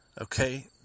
Okay